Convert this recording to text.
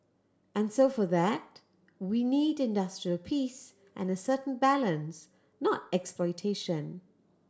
and so for that we needed industrial peace and a certain balance not exploitation